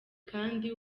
kandi